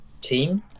team